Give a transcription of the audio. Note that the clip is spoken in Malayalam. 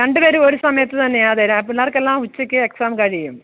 രണ്ട് പേരും ഒരു സമയത്ത് തന്നെയാണ് അതെ ആ പിള്ളാർക്കെല്ലാം ഉച്ചക്ക് എക്സാം കഴിയും